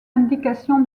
indication